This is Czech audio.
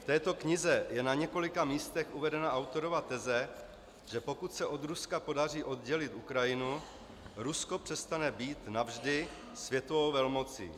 V této knize je na několika místech uvedena autorova teze, že pokud se od Ruska podaří oddělit Ukrajinu, Rusko přestane být navždy světovou velmocí.